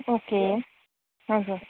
okay हजुर